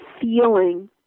feeling